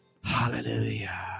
hallelujah